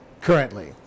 currently